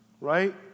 right